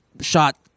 shot